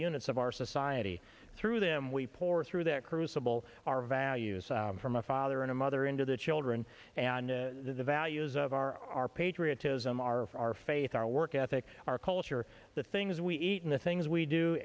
units of our society through them we pour through that crucible our values from a father and a mother into the children and the values of our patriotism are our faith our work ethic our culture the things we eat in the things we do